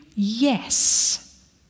Yes